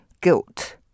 guilt